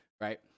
right